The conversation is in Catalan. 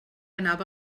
anava